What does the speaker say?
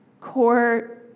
Core